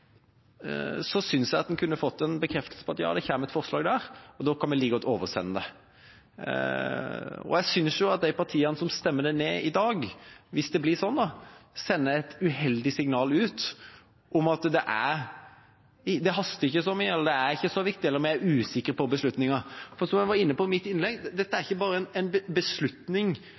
så tydelig på at det skal komme noe i budsjettet, synes jeg en kunne fått en bekreftelse på at det kommer forslag der, og da kan vi like gjerne oversende det. Jeg synes jo at de partiene som stemmer forslaget ned i dag, hvis det blir sånn, sender et uheldig signal ut om at det haster ikke så mye, det er ikke så viktig, vi er usikre på beslutningen. Som jeg var inne på i mitt innlegg, er ikke dette